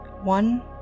One